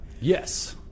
Yes